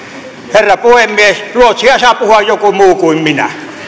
herra puhemies ruotsia saa puhua joku muu kuin minä